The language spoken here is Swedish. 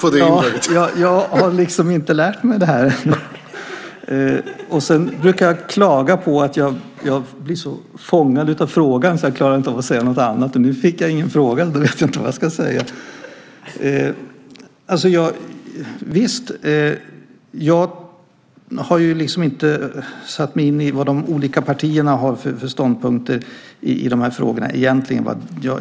Herr talman! Fick jag någon fråga? : Nej, men det var en kommentar till detta.) Jag har liksom inte lärt mig det här riktigt. Jag brukar klaga på att jag blir så fångad av frågan att jag inte klarar av att säga något annat. Nu fick jag ingen fråga, och då vet jag inte vad jag ska säga! Jag har egentligen inte satt mig in i vad de olika partierna har för ståndpunkter i de här frågorna.